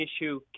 issue